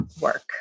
work